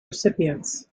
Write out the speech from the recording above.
recipients